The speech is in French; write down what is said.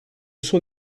sont